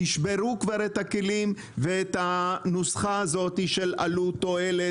תשברו כבר את הכלים ואת הנוסחה הזאת של עלות-תועלת,